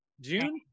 june